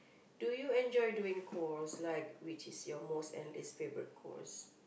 do you enjoy doing chores like which is your most and least favourite chores